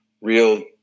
real